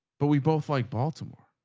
but we both like baltimore.